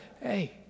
hey